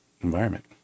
environment